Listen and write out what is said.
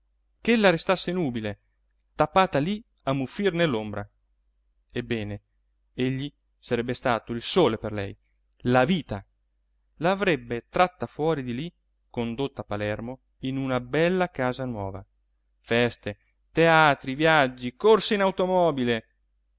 nubile tappata lì a muffir nell'ombra ebbene egli sarebbe stato il sole per lei la vita la avrebbe tratta fuori di lì condotta a palermo in una bella casa nuova feste teatri viaggi corse in automobile